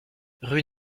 rue